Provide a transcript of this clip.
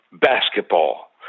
basketball